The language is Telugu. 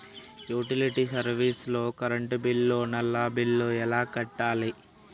యుటిలిటీ సర్వీస్ లో కరెంట్ బిల్లు, నల్లా బిల్లు ఎలా కట్టాలి?